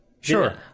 Sure